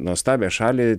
nuostabią šalį